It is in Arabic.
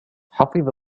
حفظ